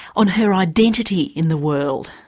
on her identity in the world,